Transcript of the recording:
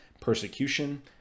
Persecution